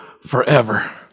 forever